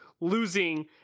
losing